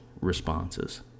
responses